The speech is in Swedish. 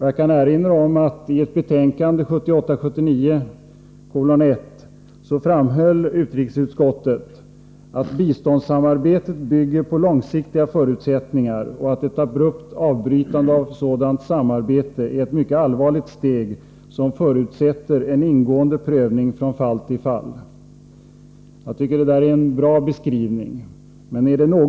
Jag kan erinra om att utrikesutskottet i sitt betänkande 1978/79:1 framhöll, att biståndssamarbetet bygger på långsiktiga förutsättningar och att ett abrupt avbrytande av sådant samarbete är ett mycket allvarligt steg, som förutsätter en ingående prövning från fall till fall. — Jag tycker att det är en bra beskrivning.